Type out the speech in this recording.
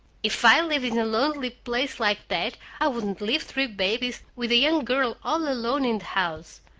if i lived in a lonely place like that, i wouldn't leave three babies with a young girl all alone in the house.